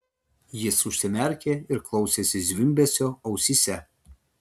jis užsimerkė ir klausėsi zvimbesio ausyse